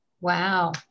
Wow